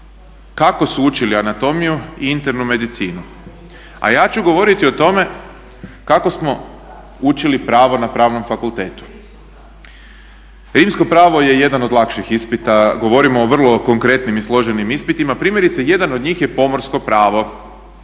kako su učili anatomiju i internu medicinu, a ja ću govoriti o tome kako smo učili pravo na Pravnom fakultetu. Rimsko pravo je jedan od lakših ispita, govorimo o vrlo konkretnim i složenim ispitima. Primjerice jedan od njih je pomorsko pravo.